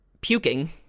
puking